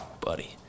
buddy